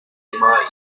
clearly